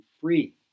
free